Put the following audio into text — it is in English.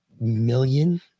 million